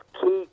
keep